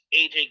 aj